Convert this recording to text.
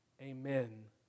amen